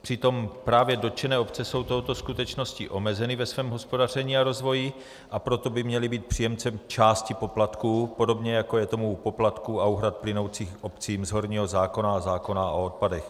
Přitom právě dotčené obce jsou touto skutečností omezeny ve svém hospodaření a rozvoji, a proto by měly být příjemcem části poplatků, podobně jako je tomu u poplatků a úhrad plynoucích obcím z horního zákona a zákona o odpadech.